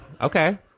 okay